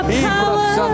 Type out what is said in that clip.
power